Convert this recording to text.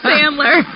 Sandler